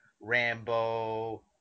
Rambo